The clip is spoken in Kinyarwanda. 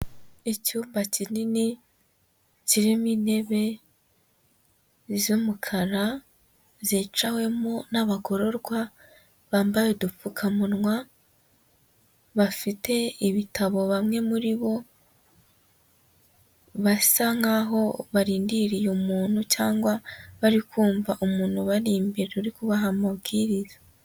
Icyumba kinini kirimo intebe z'umukara, zicawemo n'abagororwa bambaye udupfukamunwa, bafite ibitabo bamwe muri bo, basa nk'aho barindiriye umuntu cyangwa bari kumva umuntu ubari imbere uri kubaha amabwiriza.